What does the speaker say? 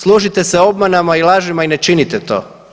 Služite se obmanama i lažima i ne činite to.